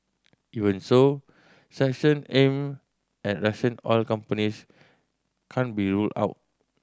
even so sanction aimed at Russian oil companies can't be ruled out